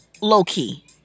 Low-key